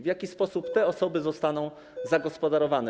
W jaki sposób te osoby zostaną zagospodarowane?